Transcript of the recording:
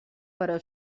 però